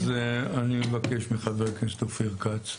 אז אני מבקש מחבר הכנסת אופיר כץ.